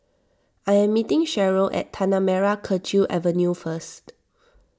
I am meeting Sheryll at Tanah Merah Kechil Avenue First